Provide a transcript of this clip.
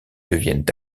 deviennent